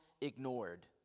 ignored